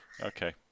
Okay